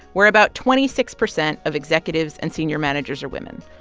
where about twenty six percent of executives and senior managers are women.